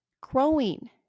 growing